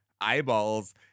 eyeballs